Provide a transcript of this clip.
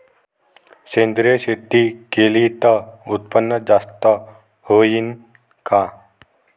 सेंद्रिय शेती केली त उत्पन्न जास्त होईन का?